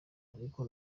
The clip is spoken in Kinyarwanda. ariko